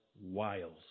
wiles